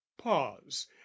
pause